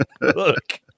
look